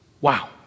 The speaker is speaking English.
Wow